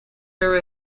her